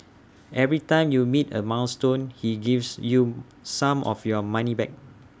every time you meet A milestone he gives you some of your money back